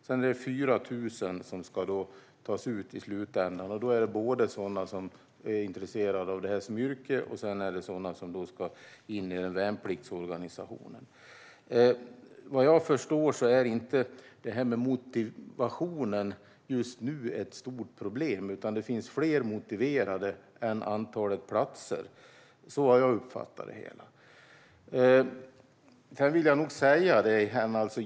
Sedan är det 4 000 som tas ut i slutändan - både sådana som är intresserade av detta som yrke och sådana som ska in i värnpliktsorganisationen. Vad jag förstår är inte motivationen något stort problem just nu, utan det finns fler motiverade än antalet platser. Så har jag uppfattat det hela.